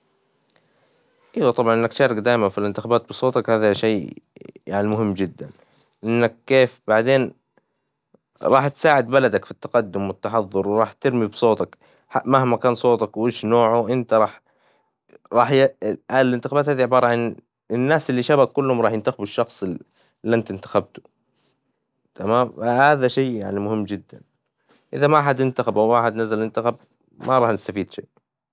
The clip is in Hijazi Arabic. إيوة طبعًا إنك تشارك دايمًا في الانتخابات بصوتك هذا شي يعني مهم جدًا، إنك كيف بعدين راح تساعد بلدك في التقدم والتحظر وراح ترمي بصوتك، مهما كان صوتك وش نوعه إنت راح راح ي- الانتخابات هذه عبارة عن الناس اللي شبهك كلهم راح ينتخبوا الشخص اللي إنت انتخبته، تمام؟ هذا شي يعني مهم جدًا، إذا ما أحد انتخبه أو ما أحد نزل ينتخب ما راح نستفيد شي.